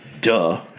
duh